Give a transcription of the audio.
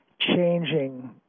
changing